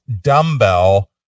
dumbbell